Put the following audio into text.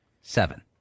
Seven